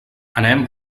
anem